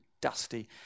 dusty